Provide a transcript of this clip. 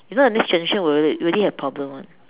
if not the next generation will already have problem [one]